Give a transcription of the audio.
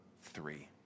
three